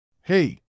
Hey